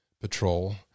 Patrol